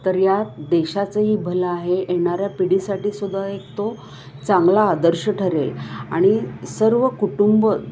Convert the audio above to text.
तर या देशाचंही भलं आहे येणाऱ्या पिढीसाठी सुद्धा एक तो चांगला आदर्श ठरेल आणि सर्व कुटुंब